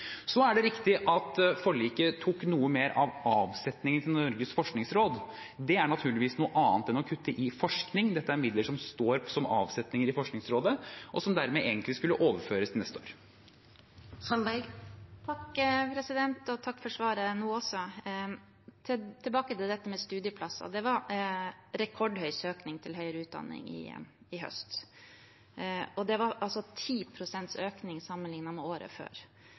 Så er det riktig at forliket tok noe mer av avsetningen til Norges forskningsråd. Det er naturligvis noe annet enn å kutte i forskning. Dette er midler som står som avsetning i Forskningsrådet, og som dermed egentlig skulle overføres til neste år. Takk for svaret nå også. Tilbake til det med studieplasser: Det var rekordhøy søkning til høyere utdanning i høst. Det var 10 pst. økning sammenliknet med året før.